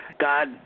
God